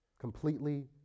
Completely